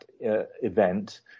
event